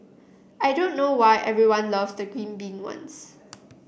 I don't know why everyone loves the green bean ones